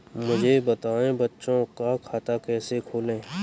मुझे बताएँ बच्चों का खाता कैसे खोलें?